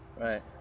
Right